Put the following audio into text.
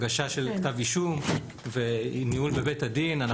הגשה של כתב אישום וניהול בבית הדין,